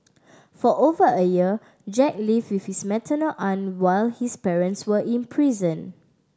for over a year Jack live with his maternal aunt while his parents were in prison